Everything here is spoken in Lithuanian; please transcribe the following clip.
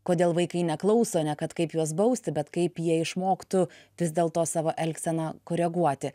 kodėl vaikai neklauso ne kaip juos bausti bet kaip jie išmoktų vis dėl to savo elgseną koreguoti